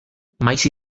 maiz